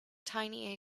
tiny